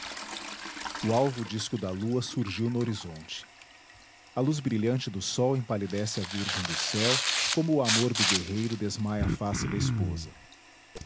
o alvo disco da lua surgiu no horizonte a luz brilhante do sol empalidece a virgem do céu como o amor do guerreiro desmaia a face da esposa